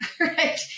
right